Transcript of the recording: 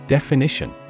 Definition